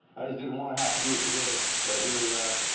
i just didn't want to have to do it today. but here we are.